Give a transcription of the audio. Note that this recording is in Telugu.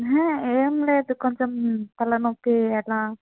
ఏమి లేదు కొంచెం తలనొప్పి అట్లా